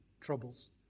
troubles